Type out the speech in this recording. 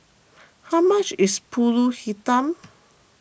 how much is Pulut Hitam